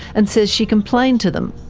and says she complained to them.